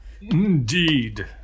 indeed